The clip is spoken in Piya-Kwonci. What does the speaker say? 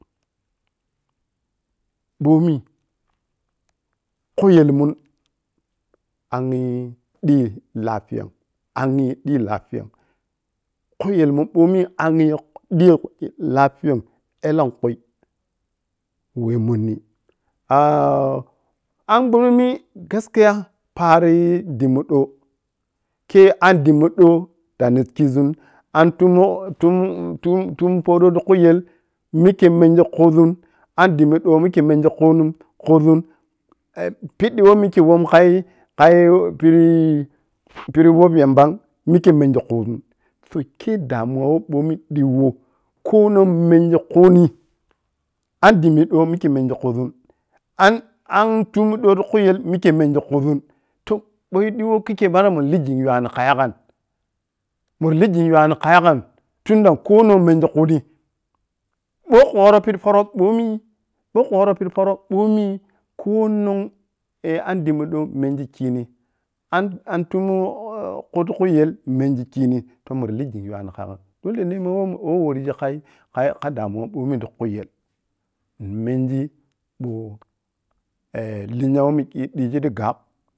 Ɓomi khu yelmun angyi ƌii lafiya’m angyi ƌii lafiya’m a khu yel mu ɓomi anggi dii lafiya’m ellonkui web monni a’m bgununyi gaskiya pari dimmo do kei a’n dimmudo danikizun a’n tumotum-tum mo poƌo ti khuyel mikkei mengi khuzun a’n dimmi ƌo mikkei mengi khuzun piƌƌi wei mikke womni kai-kai bou pidii piddi wap yambam mikke mengi khuzun so kei damuwa woh bonu dii woh konong mengi khuni, a’n dimmi do mikke mengi khuzun a’n-a’n tummi di ti khuyel mikke mengi khuzun toh tan wei diwou kikhyeyi munlii jing yuwani kha yagai munlii jing yuwani ka yagain tundi konong mengi khuni ɓou khu worou pidi poro ɓomi-bou khu woroupiƌi poro ɓomi konong eh a’n dimmi do mengi kini a’n-a’n tummu khutikhuyel men kini toh munliding yuwani kha yagai dolei ma wah ma worgi khai-khai ka damuwa bomi ti khuyel menji ɓou lenye who mikke digi ti gagho